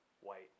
white